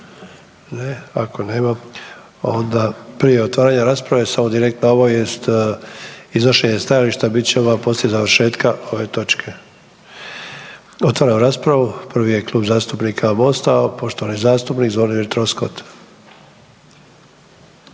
Ne. Ako nema, onda prije otvaranja rasprave, samo direktna obavijest, iznošenje stajališta bit će odmah poslije završetka ove točke. Otvaram raspravu. Prvi je Klub zastupnika Mosta poštovani zastupnik Zvonimir Troskot.